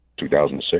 2006